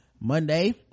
monday